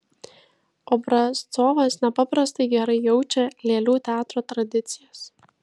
obrazcovas nepaprastai gerai jaučia lėlių teatro tradicijas